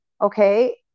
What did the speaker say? Okay